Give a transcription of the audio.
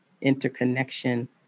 interconnection